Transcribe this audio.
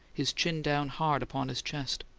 his chin down hard upon his chest.